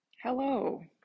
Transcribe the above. Hello